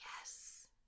Yes